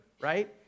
right